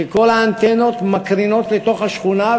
וכל האנטנות מקרינות לתוך השכונה.